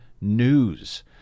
news